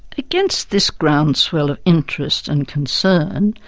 against this groundswell of interest and concern,